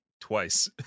twice